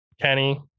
Kenny